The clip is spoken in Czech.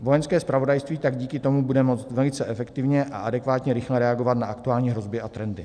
Vojenské zpravodajství tak díky tomu bude moct velice efektivně a adekvátně rychle reagovat na aktuální hrozby a trendy.